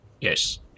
Yes